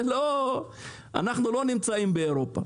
אנחנו לא נמצאים באירופה,